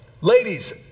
Ladies